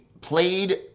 played